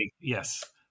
Yes